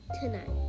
tonight